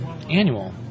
annual